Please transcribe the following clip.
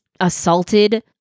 assaulted